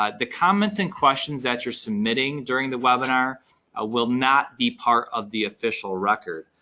ah the comments and questions that you're submitting during the webinar ah will not be part of the official record.